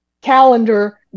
calendar